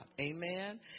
Amen